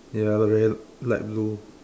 ya look very light blue